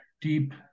deep